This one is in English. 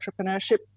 entrepreneurship